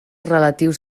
relatius